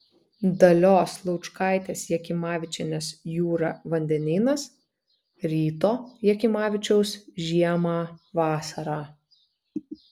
dalios laučkaitės jakimavičienės jūra vandenynas ryto jakimavičiaus žiemą vasarą